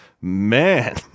man